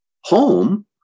home